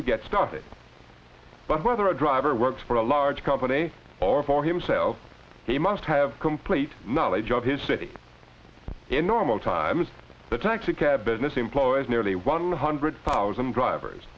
to get stuff it but whether a driver works for a large company or for himself he must have complete knowledge of his city in normal times the taxicab business employs nearly one hundred thousand drivers